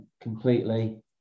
completely